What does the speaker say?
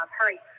Hurry